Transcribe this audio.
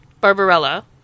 Barbarella